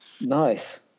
nice